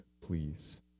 please